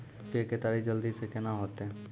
के केताड़ी जल्दी से के ना होते?